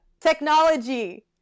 Technology